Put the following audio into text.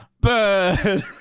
Bird